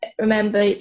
remember